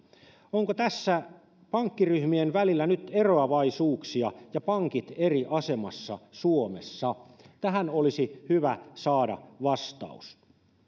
onko tässä pankkiryhmien välillä nyt eroavaisuuksia ja pankit eri asemassa suomessa tähän olisi hyvä saada vastaus